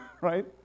Right